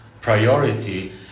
priority